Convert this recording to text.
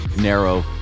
narrow